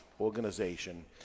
organization